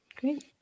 great